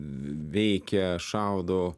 veikia šaudo